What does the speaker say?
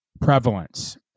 prevalence